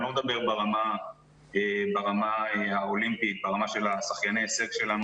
אני לא מדבר ברמה האולימפית על שחייני הישג שלנו